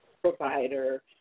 provider